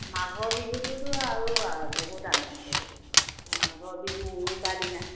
মাঘৰ বিহুটোতো আৰু আৰু বহুত আমেজ সেইটো মাঘৰ বিহু উৰুকা দিনা